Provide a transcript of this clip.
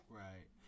right